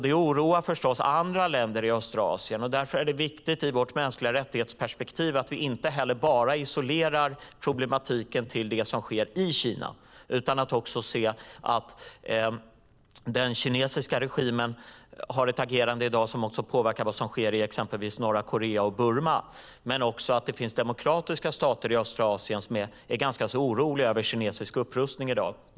Det oroar förstås andra länder i östra Asien. Därför är det viktigt ur ett mänskligt rättighetsperspektiv att vi inte isolerar problematiken bara till det som sker i Kina, utan också ser att den kinesiska regimen har ett agerande i dag som också påverkar vad som sker i exempelvis norra Korea och Burma. Det finns demokratiska stater i östra Asien som är ganska oroade över kinesisk upprustning i dag.